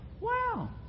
Wow